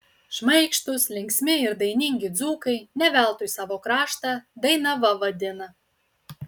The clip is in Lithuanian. šmaikštūs linksmi ir dainingi dzūkai ne veltui savo kraštą dainava vadina